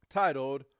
titled